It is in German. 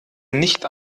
nicht